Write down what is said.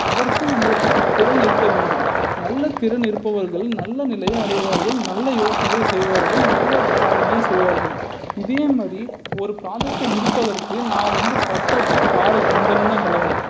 அதற்கு நம்மளுக்கு தி திறன் இருக்க வேண்டும் நல்ல திறன் இருப்பவர்கள் நல்ல நிலைய அடைவார்கள் நல்ல யோசனைகளை செய்வார்கள் நல்ல சாதனையை செய்வார்கள் இதே மாதிரி ஒரு ப்ராஜெக்ட்டை முடிப்பதற்கு நான் வந்து பட்ட பாடு கொஞ்சம் நெஞ்சம் கிடையாது